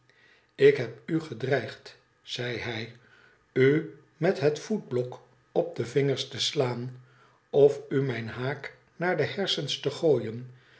ik heb u gedreigd zei hij t u met het voetblok op de vingers te slaan of u mijn haak naar de hersens te gooien